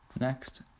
Next